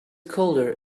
colder